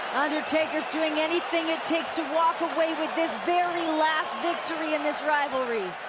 undertaker's doing anything it takes to walk away with this very last victory in this rivalry.